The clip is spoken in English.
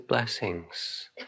Blessings